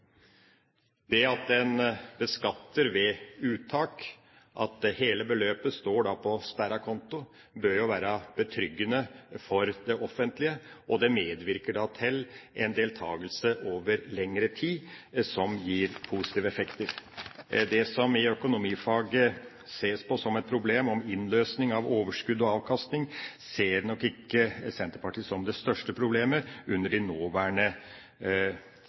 Det at en beskatter ved uttak, at hele beløpet står på sperret konto, bør jo være betryggende for det offentlige, og det medvirker da til en deltakelse over lengre tid, som gir positive effekter. Det som i økonomifaget ses på som et problem når det gjelder innløsning av overskudd og avkastning, ser nok ikke Senterpartiet som det største problemet under de nåværende